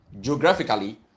geographically